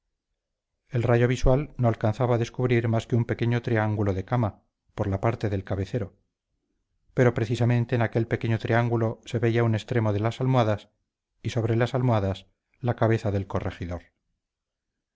el rayo visual no alcanzaba a descubrir más que un pequeño triángulo de cama por la parte del cabecero pero precisamente en aquel pequeño triángulo se veía un extremo de las almohadas y sobre las almohadas la cabeza del corregidor